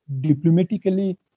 diplomatically